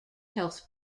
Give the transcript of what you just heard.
health